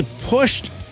pushed